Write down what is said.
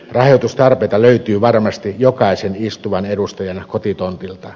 rahoitustarpeita löytyy varmasti jokaisen istuvan edustajan kotitontilta